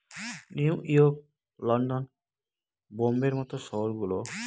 new York, London, বোম্বের মত শহর গুলো